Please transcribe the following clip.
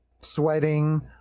sweating